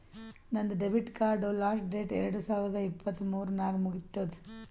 ನಂದ್ ಡೆಬಿಟ್ ಕಾರ್ಡ್ದು last date ಎರಡು ಸಾವಿರದ ಇಪ್ಪತ್ ಮೂರ್ ನಾಗ್ ಮುಗಿತ್ತುದ್